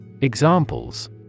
Examples